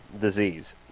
disease